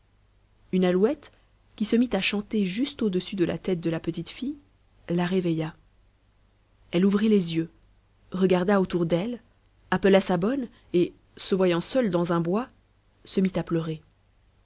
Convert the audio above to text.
une alouette qui se mit à chanter juste au-dessus de la tête de la petite fille la réveilla elle ouvrit les yeux regarda autour d'elle appela sa bonne et se voyant seule dans un bois se mit à pleurer